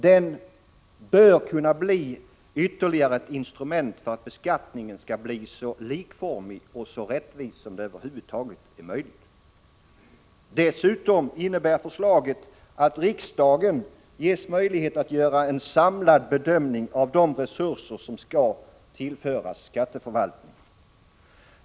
Den bör kunna bli ytterligare ett instrument för att beskattningen skall bli så likformig och rättvis som möjligt. Dessutom innebär förslaget att riksdagen ges möjlighet att göra en samlad bedömning av de resurser som skall tillföras skatteförvaltningen.